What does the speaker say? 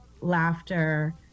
laughter